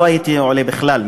לא הייתי עולה בכלל,